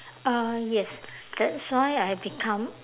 uh yes that's why I become